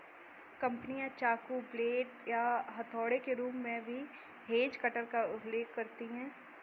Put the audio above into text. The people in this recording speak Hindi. कंपनियां चाकू, ब्लेड या हथौड़े के रूप में भी हेज कटर का उल्लेख करती हैं